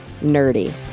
nerdy